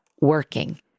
working